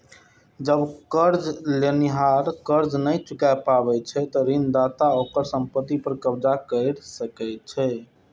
जब कर्ज लेनिहार कर्ज नहि चुका पाबै छै, ते ऋणदाता ओकर संपत्ति पर कब्जा कैर सकै छै